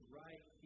right